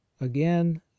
again